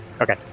okay